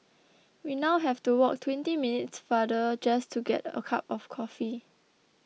we now have to walk twenty minutes farther just to get a cup of coffee